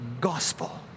gospel